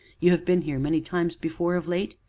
you have been here many times before of late?